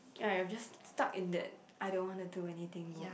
ya I'm just stuck in that I don't want to do anything mode